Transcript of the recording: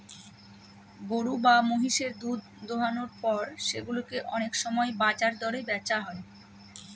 গরু বা মহিষের দুধ দোহানোর পর সেগুলো অনেক সময় বাজার দরে বেচা হয়